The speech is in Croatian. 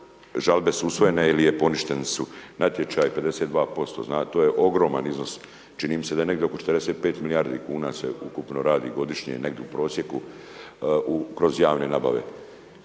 žalbe su usvojene ili poništeni su natječaji, 52%, to je ogroman iznos, čini mi se da je negdje oko 45 milijardi kuna se ukupno radi godišnje, negdje u prosjeku kroz javne nabave.